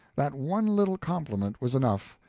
that one little compliment was enough.